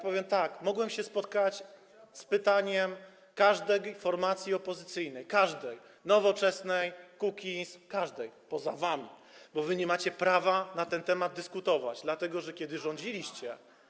Powiem tak: mogłem się spotkać z pytaniem każdej formacji opozycyjnej, Nowoczesnej, Kukiza, każdej, poza wami, bo wy nie macie prawa na ten temat dyskutować, dlatego że kiedy rządziliście.